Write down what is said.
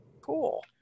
Cool